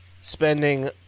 spending